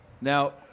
Now